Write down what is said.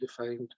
defined